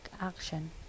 action